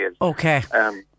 Okay